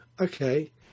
okay